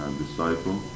disciple